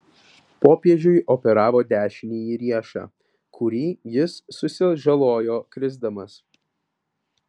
popiežiui operavo dešinįjį riešą kurį jis susižalojo krisdamas